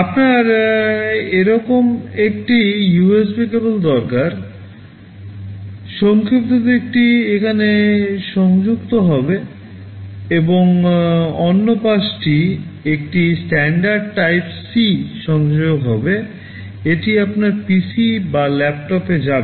আপনার এরকম একটি USB কেবল দরকার সংক্ষিপ্ত দিকটি এখানে সংযুক্ত হবে এবং অন্য পাশটি একটি স্ট্যান্ডার্ড টাইপ C সংযোজক হবে এটি আপনার PC বা ল্যাপটপে যাবে